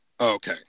okay